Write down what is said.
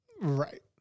Right